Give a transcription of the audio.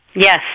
Yes